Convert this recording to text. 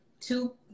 two